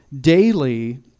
daily